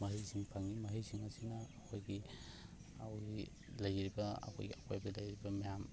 ꯃꯍꯩꯁꯤꯡ ꯐꯪꯉꯤ ꯃꯍꯩꯁꯤꯡ ꯑꯁꯤꯅ ꯑꯩꯈꯣꯏꯒꯤ ꯂꯩꯔꯤꯕ ꯑꯩꯈꯣꯏꯒꯤ ꯑꯀꯣꯏꯕꯗ ꯂꯩꯔꯤꯕ ꯃꯌꯥꯝ